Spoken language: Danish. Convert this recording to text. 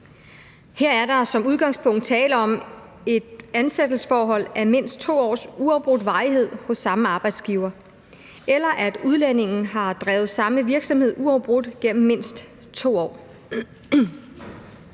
Her er der som udgangspunkt tale om et ansættelsesforhold af mindst 2 års uafbrudt varighed hos samme arbejdsgiver, eller at udlændingen har drevet samme virksomhed uafbrudt gennem mindst 2 år.